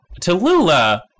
Tallulah